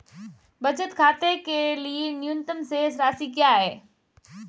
बचत खाते के लिए न्यूनतम शेष राशि क्या है?